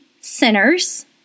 sinners